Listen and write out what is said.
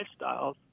lifestyles